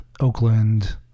Oakland